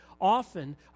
often